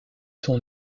son